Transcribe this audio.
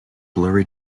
blurry